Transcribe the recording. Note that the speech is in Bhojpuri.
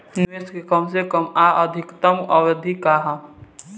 निवेश के कम से कम आ अधिकतम अवधि का है?